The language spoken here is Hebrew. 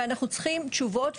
ואנחנו צריכים תשובות,